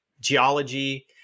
geology